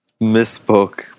misspoke